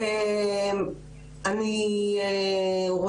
אני לא